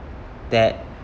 that